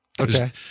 Okay